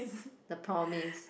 the promise